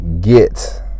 get